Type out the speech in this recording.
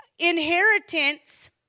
Inheritance